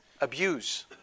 abuse